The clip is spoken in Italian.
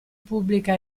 pubblica